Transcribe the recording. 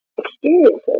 experiences